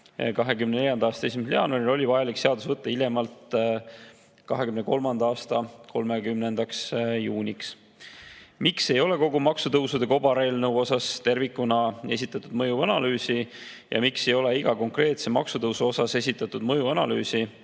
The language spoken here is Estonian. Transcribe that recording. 2024. aasta 1. jaanuaril, oli vajalik seadus võtta [vastu] hiljemalt 2023. aasta 30. juunil. "Miks ei ole kogu maksutõusude kobareelnõu osas tervikuna esitatud mõjuanalüüsi?" ja "Miks ei ole iga konkreetse maksutõusu osas esitatud mõjuanalüüsi,